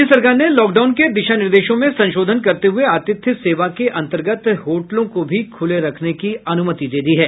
राज्य सरकार ने लॉकडाउन के दिशा निर्देशों में संशोधन करते हुए आतिथ्य सेवा के अंतर्गत होटलों को भी खुले रखने की अनुमति दी है